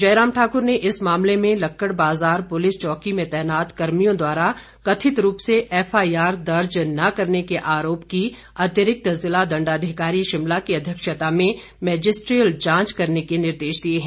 जयराम ठाकुर ने इस मामले में लक्कड़ बाजार पुलिस चौकी में तैनात कर्मियों द्वारा कथित रूप से एफआईआर दर्ज न करने के आरोप की अतिरिक्त जिला दण्डाधिकारी शिमला की अध्यक्षता में मैजिस्ट्रियल जांच करने के निर्देश दिए हैं